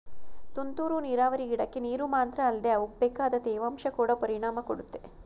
ತುಂತುರು ನೀರಾವರಿ ಗಿಡಕ್ಕೆ ನೀರು ಮಾತ್ರ ಅಲ್ದೆ ಅವಕ್ಬೇಕಾದ ತೇವಾಂಶ ಕೊಡ ಪರಿಣಾಮ ಕೊಡುತ್ತೆ